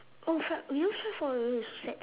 oh fuck you never try fried oreo !aiyo! so sad